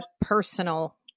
personal